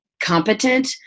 competent